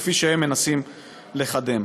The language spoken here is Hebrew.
כפי שהם מנסים לקדם.